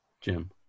Jim